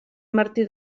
martí